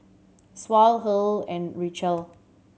Saul and Richelle